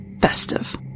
festive